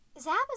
Zap